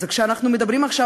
אז כשאנחנו מדברים עכשיו,